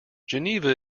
geneva